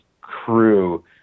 crew